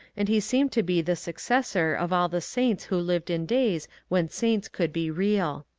and he seemed to be the successor of all the saints who lived in days when saints could be real.